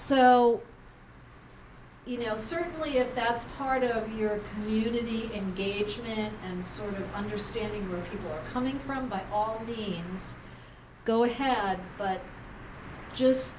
so you know certainly if that's part of your community engagement and sort of understanding the people coming from by all the ins go ahead but just